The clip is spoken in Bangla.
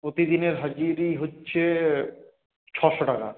প্রতিদিনের হাজিরি হচ্ছে ছশো টাকা